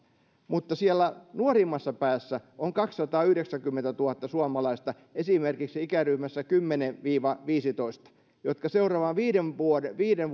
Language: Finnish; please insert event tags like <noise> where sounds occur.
mutta siellä nuorimmassa päässä on kaksisataayhdeksänkymmentätuhatta suomalaista esimerkiksi ikäryhmässä kymmenen viiva viisitoista joka seuraavan viiden vuoden viiden <unintelligible>